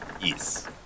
Yes